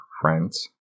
friends